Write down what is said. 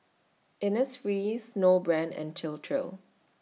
Innisfree Snowbrand and Chir Chir